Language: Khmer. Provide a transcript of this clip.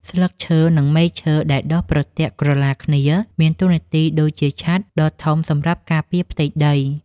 ស្លឹកឈើ និងមែកឈើដែលដុះប្រទាក់ក្រឡាគ្នាមានតួនាទីដូចជាឆត្រដ៏ធំសម្រាប់ការពារផ្ទៃដី។